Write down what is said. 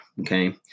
okay